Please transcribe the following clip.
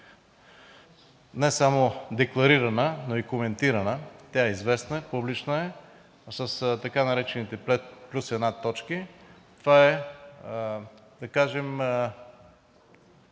не само е декларирана, но и коментирана, тя е известна, публична е с така наречените пет плюс една точки, това е, да кажем